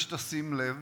אני רוצה שתשים לב